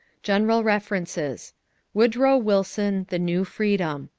general references woodrow wilson, the new freedom.